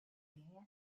línea